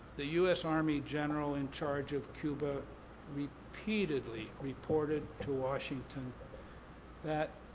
the u s. army general in charge of cuba repeatedly reported to washington that